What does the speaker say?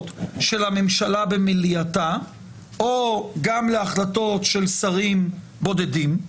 של הממשלה במליאתה או גם להחלטות של שרים בודדים.